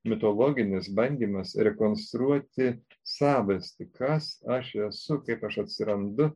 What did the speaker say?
mitologinis bandymas rekonstruoti savastį kas aš esu kaip aš atsirandu